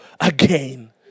again